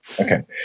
Okay